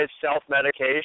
self-medication